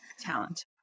talent